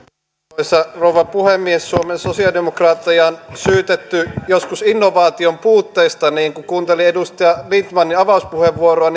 arvoisa rouva puhemies suomen sosialidemokraatteja on syytetty joskus innovaation puutteesta mutta kun kuunteli edustaja lindtmanin avauspuheenvuoroa